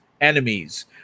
enemies